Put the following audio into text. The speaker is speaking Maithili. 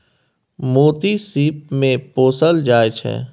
मोती सिप मे पोसल जाइ छै